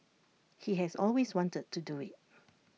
he has always wanted to do IT